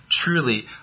truly